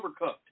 overcooked